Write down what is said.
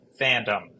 fandom